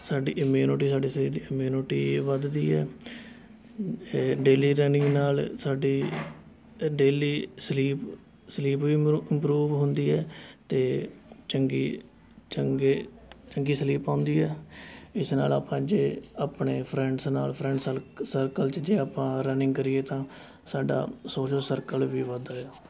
ਸਾਡੀ ਇੰਮਊਨਟੀ ਸਾਡੇ ਸਰੀਰ ਦੀ ਇੰਮਊਨਟੀ ਵੱਧਦੀ ਹੈ ਡੇਲੀ ਰਨਿੰਗ ਨਾਲ਼ ਸਾਡੀ ਡੇਲੀ ਸਲੀਪ ਸਲੀਪ ਵੀ ਇੰਪਰੂ ਇੰਮਪਰੂਵ ਹੁੰਦੀ ਹੈ ਅਤੇ ਚੰਗੀ ਚੰਗੇ ਚੰਗੀ ਸਲੀਪ ਆਉਂਦੀ ਹੈ ਇਸ ਨਾਲ਼ ਆਪਾਂ ਜੇ ਆਪਣੇ ਫ੍ਰੈਂਡਜ਼ ਨਾਲ਼ ਫ੍ਰੈਂਡ ਸਲ ਸਰਕਲ 'ਚ ਜੇ ਆਪਾਂ ਰਨਿੰਗ ਕਰੀਏ ਤਾਂ ਸਾਡਾ ਸੋਸ਼ਲ ਸਕਰਲ ਵੀ ਵੱਧਦਾ ਆ